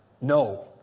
no